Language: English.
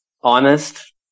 honest